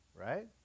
right